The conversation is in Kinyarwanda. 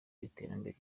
iterambere